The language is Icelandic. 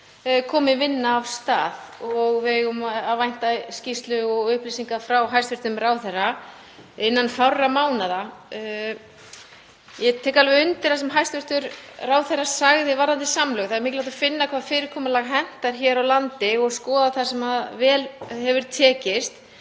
stað vinna og að við megum vænta skýrslu og upplýsinga frá hæstv. ráðherra innan fárra mánaða. Ég tek undir það sem hæstv. ráðherra sagði varðandi samlegð, það er mikilvægt að finna hvaða fyrirkomulag hentar hér á landi og skoða það sem vel hefur tekist